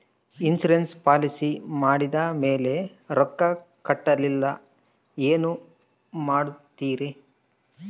Insurance policy ಮಾಡಿದ ಮೇಲೆ ರೊಕ್ಕ ಕಟ್ಟಲಿಲ್ಲ ಏನು ಮಾಡುತ್ತೇರಿ?